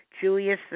Julius